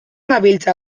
gabiltza